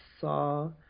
saw